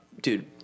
Dude